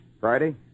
Friday